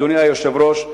אדוני היושב-ראש,